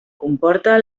comporta